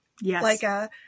Yes